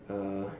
uh